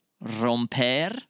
Romper